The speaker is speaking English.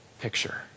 picture